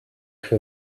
for